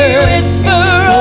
whisper